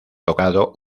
tocado